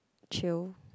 chill